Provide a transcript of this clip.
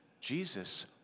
Jesus